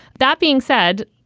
that being said,